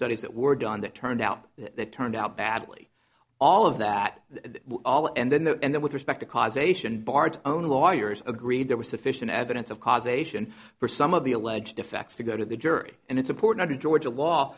studies that were done that turned out that turned out badly all of that all and then and then with respect to causation bards own lawyers agreed there was sufficient evidence of causation for some of the alleged effects to go to the jury and it's important to georgia law